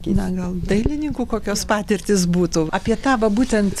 na gal dailininkų kokios patirtys būtų apie tą va būtent